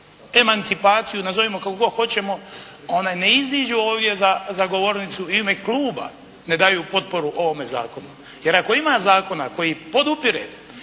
emancipaciju, nazovimo kako god hoćemo, one ne iziđu ovdje za govornicu i u ime kluba ne daju potporu ovome Zakonu. Jer ako ima zakona koji podupire,